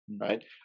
right